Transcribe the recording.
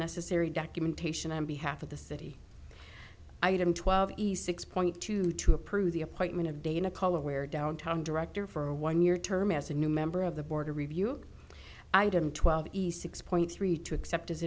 necessary documentation on behalf of the city item twelve east six point two to approve the appointment of dana color where downtown director for one year term as a new member of the board of review item twelve east six point three two accept